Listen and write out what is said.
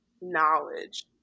knowledge